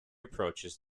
approaches